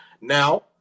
Now